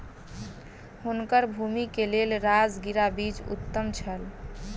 हुनकर भूमि के लेल राजगिरा बीज उत्तम छल